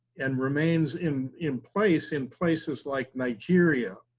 and remains in in place in places like nigeria